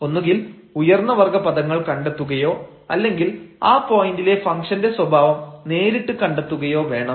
ഒന്നുകിൽ ഉയർന്ന വർഗ്ഗ പദങ്ങൾ കണ്ടെത്തുകയോ അല്ലെങ്കിൽ ആ പോയന്റിലെ ഫംഗ്ഷന്റെ സ്വഭാവം നേരിട്ട് കണ്ടെത്തുകയോ വേണം